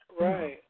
Right